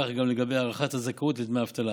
וכך גם לגבי הארכת הזכאות לדמי אבטלה.